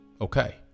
okay